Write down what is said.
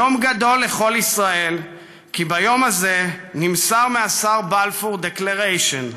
יום גדול לכל ישראל כי ביום הזה נמסר מהשר בלפור דקלריישן",